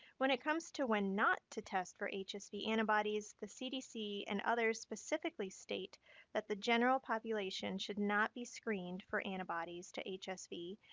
when it comes to when not to test for hsv antibodies, the cdc and others specifically state that the general population should not be screened for antibodies to hsv,